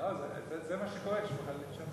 זה מה שקורה כשמחללים שבת.